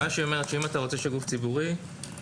היא אומרת שאם אתה רוצה שגוף ציבורי ידווח,